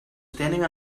standing